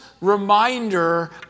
reminder